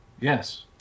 yes